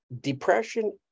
depression